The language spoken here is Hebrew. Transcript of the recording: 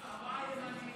ארבעה ימנים.